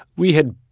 we had,